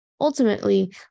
Ultimately